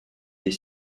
des